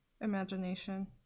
imagination